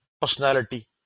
personality